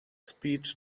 speed